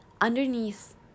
underneath